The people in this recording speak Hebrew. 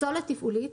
"פסולת תפעולית"